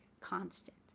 constant